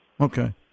Okay